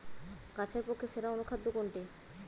গাছের পক্ষে সেরা অনুখাদ্য কোনটি?